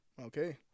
Okay